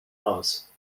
heraus